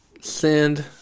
Send